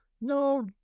no